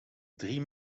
drie